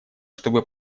чтобы